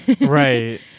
Right